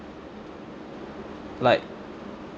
like